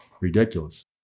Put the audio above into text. Ridiculous